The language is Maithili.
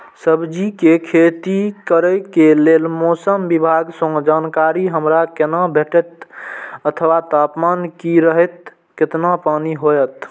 सब्जीके खेती करे के लेल मौसम विभाग सँ जानकारी हमरा केना भेटैत अथवा तापमान की रहैत केतना पानी होयत?